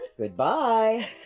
Goodbye